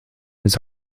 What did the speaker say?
his